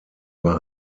war